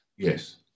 Yes